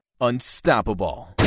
unstoppable